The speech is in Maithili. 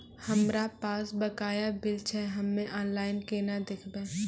हमरा पास बकाया बिल छै हम्मे ऑनलाइन केना देखबै?